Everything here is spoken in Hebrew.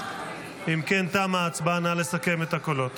אם כן, תמה ההצבעה, נא לסכם את הקולות.